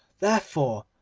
therefore,